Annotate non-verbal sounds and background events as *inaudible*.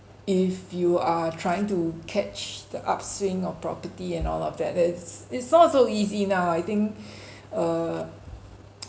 if you are trying to catch the upswing of property and all of that that's it's not so easy now I think *breath* err *noise*